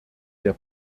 der